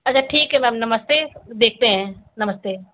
अच्छा ठीक है मैम नमस्ते देखते हैं नमस्ते